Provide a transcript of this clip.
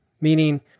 meaning